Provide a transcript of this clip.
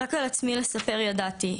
רק על עצמי לספר ידעתי,